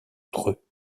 dreux